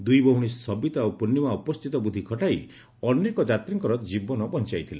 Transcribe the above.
ଦୁଇ ଭଉଣୀ ସବିତା ଓ ପୂର୍ଶ୍ରିମା ଉପସ୍ସିତ ବୁଦ୍ଧି ଖଟାଇ ଅନେକ ଯାତ୍ରୀଙ୍କର ଜୀବନ ବଞାଇଥିଲେ